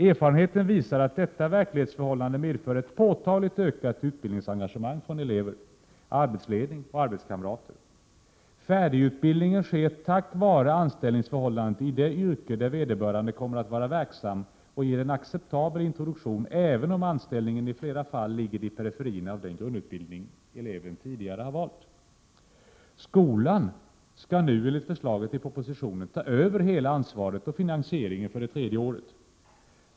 Erfarenheter visar att detta verklighetsförhållande medför ett påtagligt ökat utbildningsengagemang från elever, arbetsledning och arbetskamrater. Färdigutbildningen sker tack vare anställningsförhållandet i det yrke där vederbörande kommer att vara verksam och ger en acceptabel introduktion även om anställningen i flera fall ligger i periferin av den grundutbildning eleven tidigare valt. Skolan skall nu enligt förslaget i propositionen ta över hela ansvaret och finansieringen för det tredje året.